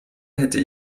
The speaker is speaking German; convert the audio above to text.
hätte